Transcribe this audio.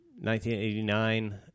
1989